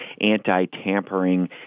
anti-tampering